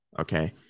Okay